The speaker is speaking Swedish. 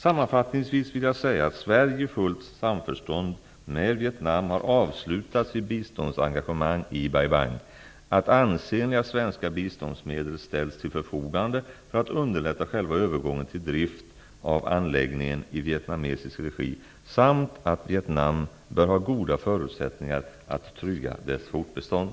Sammanfattningsvis vill jag säga att Sverige i fullt samförstånd med Vietnam har avslutat sitt biståndsengagemang i Bai Bang, att ansenliga svenska biståndsmedel ställts till förfogande för att underlätta själva övergången till drift av anläggningen i vietnamesisk regi samt att Vietnam bör ha goda förutsättningar att trygga dess fortbestånd.